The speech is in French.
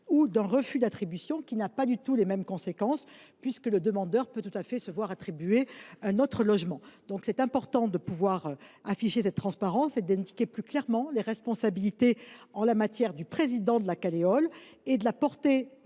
et d’un refus d’attribution, qui n’a pas du tout les mêmes conséquences, puisque le demandeur peut tout à fait se voir attribuer un autre logement. Il est important d’afficher cette transparence et d’indiquer plus clairement les responsabilités en la matière du président de la Caleol, ainsi que la portée